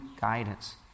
guidance